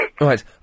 Right